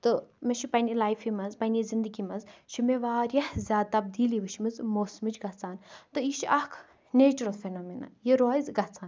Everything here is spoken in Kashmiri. تہٕ مےٚ چھُ پَننہِ لایفہِ منٛز پَننہِ زندگی منٛز چھُ مےٚ واریاہ زیادٕ تبدیلی وٕچھ مٕژ موسمٕچ گَژھان تہٕ یہِ چھِ اَکھ نیچرَل فینومِنا یہِ روزِ گَژھان